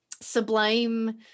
sublime